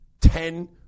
ten